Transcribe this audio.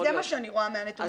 זה מה שאני רואה מהנתונים.